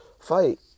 fight